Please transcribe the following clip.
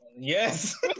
Yes